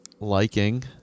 liking